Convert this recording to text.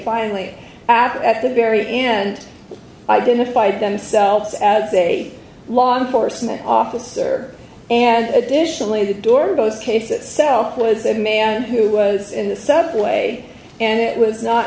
after at the very end identified themselves as a law enforcement officer and additionally the doritos case itself was a man who was in the subway and it was not